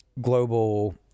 global